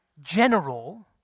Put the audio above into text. general